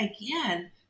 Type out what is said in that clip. again